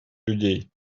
людей